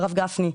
הרב גפני,